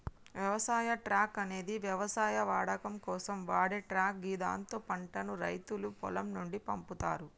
వ్యవసాయ ట్రక్ అనేది వ్యవసాయ వాడకం కోసం వాడే ట్రక్ గిదాంతో పంటను రైతులు పొలం నుండి పంపుతరు